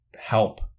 help